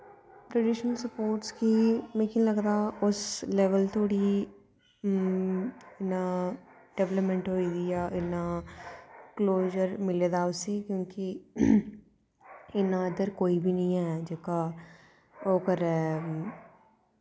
traditional sports गी मिगी लगदा उस लेवल धोड़ी नां डिवैलपमैंट होई दी ऐ नां क्लोजर मिले दा उसी क्योंकि इन्ना इद्धर कोई बी निं ऐ जेह्का ओह् करै